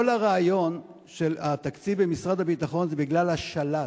כל הרעיון של התקציב במשרד הביטחון זה בגלל השל"ת.